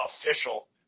official